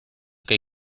que